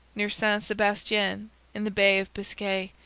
near san sebastian in the bay of biscay,